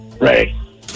Ready